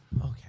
Okay